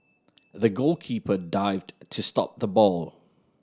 the goalkeeper dived to stop the ball